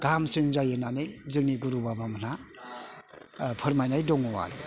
गाहामसिन जायो होननानै जोंनि गुरु बाबामोनहा फोरमायनाय दङ आरो